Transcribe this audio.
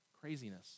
Craziness